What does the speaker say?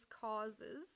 causes